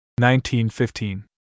1915